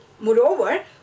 Moreover